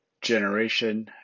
generation